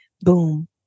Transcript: boom